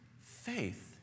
faith